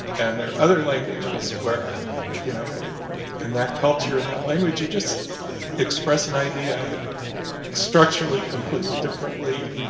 and there are other languages where you know in that culture, in that language, you just express an idea structurally completely differently.